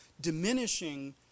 diminishing